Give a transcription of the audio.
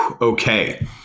okay